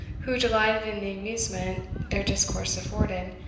who delighted in the amusement their discourse afforded,